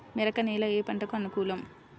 మెరక నేల ఏ పంటకు అనుకూలం?